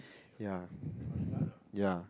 ya ya